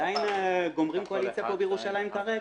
גומרים קואליציה בירושלים כרגע.